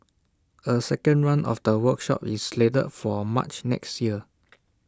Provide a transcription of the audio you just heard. A second run of the workshop is slated for March next year